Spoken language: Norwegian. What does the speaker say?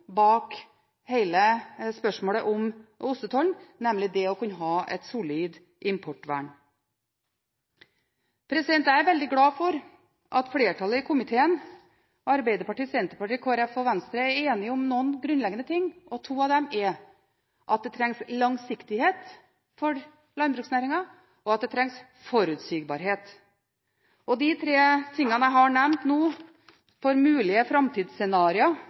bak hele spørsmålet om ostetollen, nemlig det å kunne ha et solid importvern. Jeg er veldig glad for at flertallet i komiteen – Arbeiderpartiet, Senterpartiet, Kristelig Folkeparti og Venstre – er enige om noen grunnleggende ting, og to av dem er at det trengs langsiktighet for landbruksnæringen, og at det trengs forutsigbarhet. De tre tingene jeg nå har nevnt av mulige